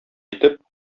итеп